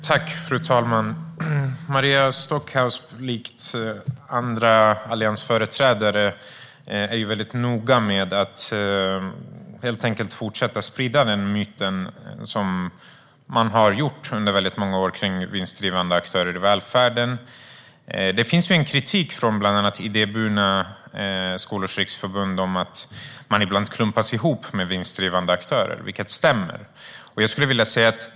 Fru talman! Maria Stockhaus är, liksom andra alliansföreträdare, noga med att helt enkelt fortsätta att sprida myten om vinstdrivande aktörer i välfärden. Det finns en kritik från bland annat Idéburna skolors riksförbund om att man ibland klumpas ihop med vinstdrivande aktörer. Det stämmer.